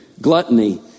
gluttony